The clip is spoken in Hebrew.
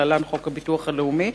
להלן: חוק הביטוח הלאומי,